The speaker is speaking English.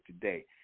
today